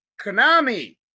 Konami